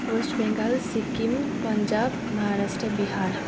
West Bengal Sikkim Punjab Maharashtra Bihar